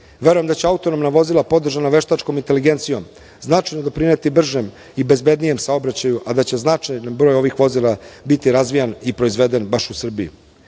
Verujem da će autonomna vozila podržana veštačkom inteligencijom značajno doprineti bržem i bezbednijem saobraćaju, a da će značajan deo ovih vozila biti razvijan i proizveden baš u Srbiji. Moram